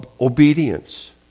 obedience